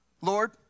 Lord